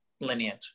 lineage